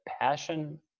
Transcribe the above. passion